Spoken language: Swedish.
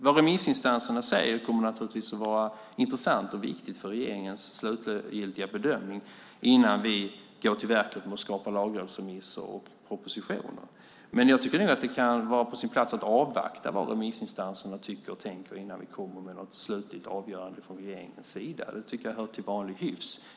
Vad remissinstanserna säger kommer naturligtvis att vara intressant och viktigt för regeringens slutgiltiga bedömning innan vi går till verket med att skapa lagrådsremisser och propositioner, men jag tycker nog att det kan vara på sin plats att avvakta vad remissinstanserna tycker och tänker innan vi kommer med något slutligt avgörande från regeringens sida. Det tycker jag hör till vanlig hyfs.